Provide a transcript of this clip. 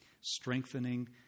strengthening